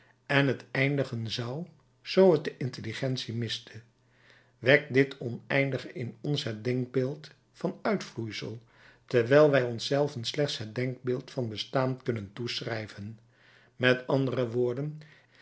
en het eindigen zou zoo het de intelligentie miste wekt dit oneindige in ons het denkbeeld van uitvloeisel terwijl wij ons zelven slechts het denkbeeld van bestaan kunnen toeschrijven met andere woorden